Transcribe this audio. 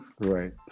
right